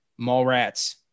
Mallrats